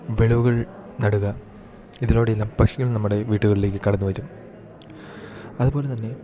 വിളിവുകൾ നടുക ഇതിനോടെല്ലാം പക്ഷികൾ നമ്മടെ വീട്ടുകളിലേക്ക് കടന്ന് വരും അതുപോലെതന്നെ